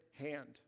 hand